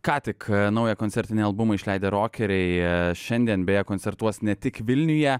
ką tik naują koncertinį albumą išleidę rokeriai šiandien beje koncertuos ne tik vilniuje